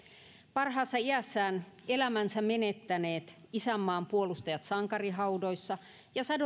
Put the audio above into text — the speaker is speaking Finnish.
parhaassa iässään elämänsä menettäneet isänmaan puolustajat sankarihaudoissa ja